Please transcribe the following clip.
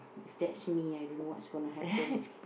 if that's me I don't know what's gonna happen